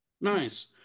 Nice